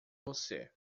você